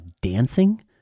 dancing